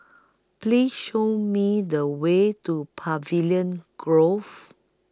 Please Show Me The Way to Pavilion Grove